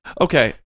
Okay